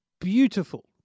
beautiful